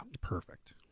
Perfect